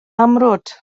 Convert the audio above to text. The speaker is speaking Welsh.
amrwd